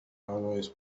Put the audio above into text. always